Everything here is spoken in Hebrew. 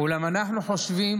אולם אנחנו חושבים